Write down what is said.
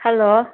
hello